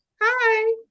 Hi